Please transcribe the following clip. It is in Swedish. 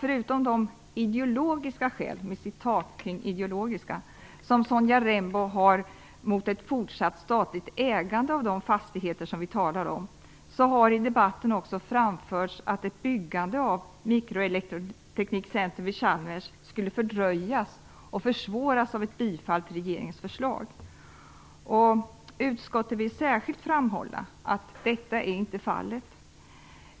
Förutom de "ideologiska" skäl som Sonja Rembo har mot ett fortsatt statligt ägande av de fastigheter vi talar om, har i debatten också framförts att ett byggande av ett mikroelektronikcentrum vid Chalmers skulle fördröjas och försvåras av ett bifall till regeringens förslag. Utskottet vill särskilt framhålla att detta inte är fallet.